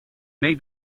may